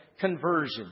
conversion